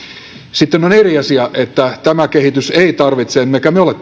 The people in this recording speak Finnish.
sitten on eri asia että tämä kehitys ei tarvitse emmekä me me ole